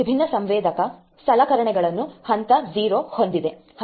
ವಿಭಿನ್ನ ಸಂವೇದಕ ಸಲಕರಣೆಗಳನ್ನು ಹಂತ 0 ಹೊಂದಿದೆ